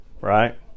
Right